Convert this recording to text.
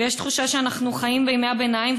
ויש תחושה שאנחנו חיים בימי הביניים.